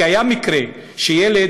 כי היה מקרה שילד,